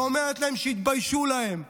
ואומרת להם שיתביישו להם.